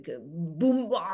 boom